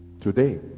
Today